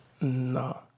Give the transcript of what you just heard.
No